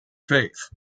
faith